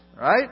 right